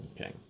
Okay